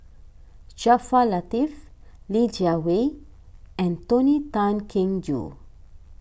Jaafar Latiff Li Jiawei and Tony Tan Keng Joo